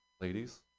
Ladies